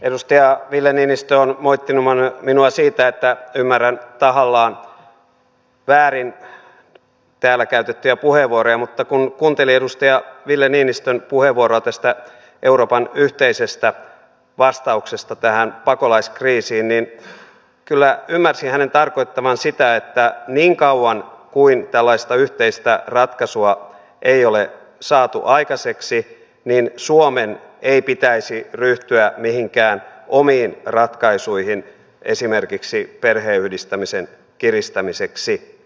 edustaja ville niinistö on moittinut minua siitä että ymmärrän tahallaan väärin täällä käytettyjä puheenvuoroja mutta kun kuuntelin edustaja ville niinistön puheenvuoroa tästä euroopan yhteisestä vastauksesta tähän pakolaiskriisiin niin kyllä ymmärsin hänen tarkoittavan sitä että niin kauan kuin tällaista yhteistä ratkaisua ei ole saatu aikaiseksi suomen ei pitäisi ryhtyä mihinkään omiin ratkaisuihin esimerkiksi perheenyhdistämisen kiristämiseksi